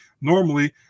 normally